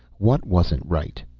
what wasn't right?